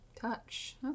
Touch